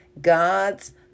god's